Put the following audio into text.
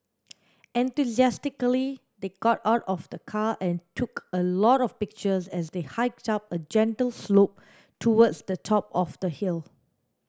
enthusiastically they got out of the car and took a lot of pictures as they hiked up a gentle slope towards the top of the hill